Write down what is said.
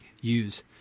use